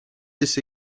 this